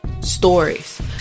stories